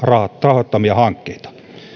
rahoittamia hankkeita